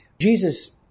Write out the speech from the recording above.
Jesus